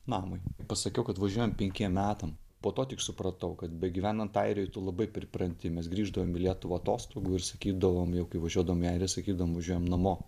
namui pasakiau kad važiuojam penkiem metam po to tik supratau kad begyvenant airijoj tu labai pripranti mes grįždavom į lietuvą atostogų ir sakydavom jau kai važiuodavom į airiją sakydavom važiuojam namo